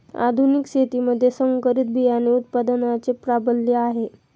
आधुनिक शेतीमध्ये संकरित बियाणे उत्पादनाचे प्राबल्य आहे